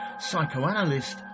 psychoanalyst